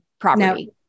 property